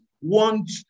want